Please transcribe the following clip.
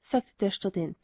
sagte der student